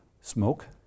smoke